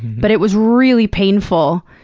but it was really painful,